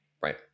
Right